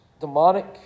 demonic